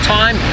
time